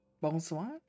Bonsoir